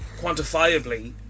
quantifiably